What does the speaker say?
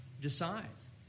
decides